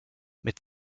mit